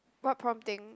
what prom thing